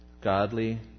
godly